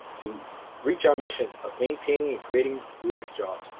to reach our mission of maintaining and creating u s. jobs.